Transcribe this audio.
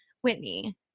Whitney